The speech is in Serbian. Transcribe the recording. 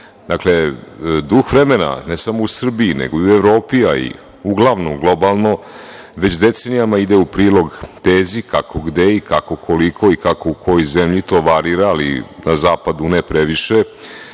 duh vremena, ne samo u Srbiji, nego i u Evropi, a i uglavnom globalno već decenijama ide u prilog tezi, kako gde i kako koliko i kako u kojoj zemlji to varira, ali na zapadu ne previše,